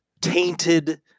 tainted